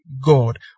God